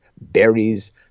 berries